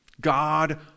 God